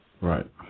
Right